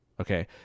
okay